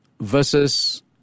versus